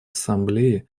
ассамблеи